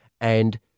and-